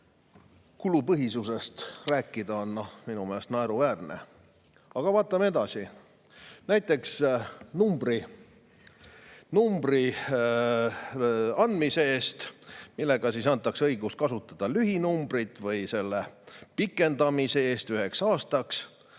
Kulupõhisusest rääkida on minu meelest naeruväärne. Aga vaatame edasi, näiteks numbri andmise eest, millega antakse õigus kasutada lühinumbrit, või selle pikendamise eest üheks aastaks,